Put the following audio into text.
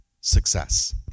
Success